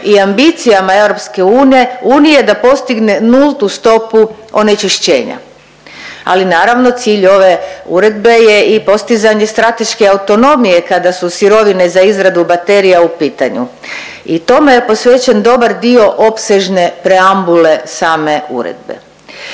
i ambicijama EU da postigne nultu stopu onečišćenja, ali naravno cilj ove uredbe je i postizanje strateške autonomije kada su sirovine za izradu baterija u pitanju. I tome je posvećen dobar dio opsežne preambule same uredbe.